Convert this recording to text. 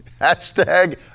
Hashtag